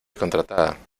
contratada